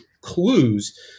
clues